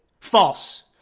false